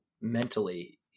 mentally